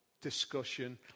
discussion